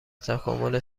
تکامل